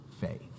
faith